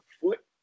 foot